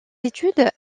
études